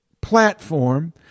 platform